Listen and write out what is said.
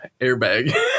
airbag